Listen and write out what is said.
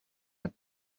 but